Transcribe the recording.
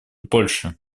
польши